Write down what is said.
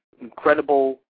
incredible